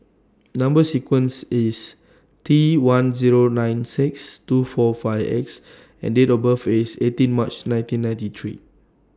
Number sequence IS T one Zero nine six two four five X and Date of birth IS eighteen March nineteen ninety three